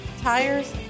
tires